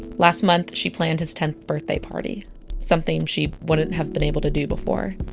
last month, she planned his tenth birthday party something she wouldn't have been able to do before.